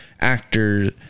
actors